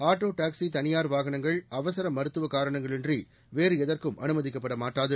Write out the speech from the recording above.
auto taxi தனியார் வாகனங்கள் அவசர மருத்துவக் காரணங்களின்றி வேறு எதற்கும் அனுமதிக்கப்பட மாட்டாது